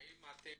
אוקיי,